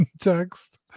text